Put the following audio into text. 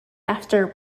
after